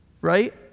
Right